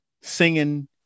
singing